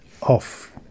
off